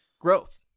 growth